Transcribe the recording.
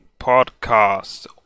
podcast